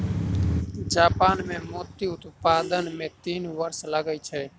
Japan मे मोती उत्पादन मे तीन वर्ष लगै छै